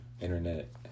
internet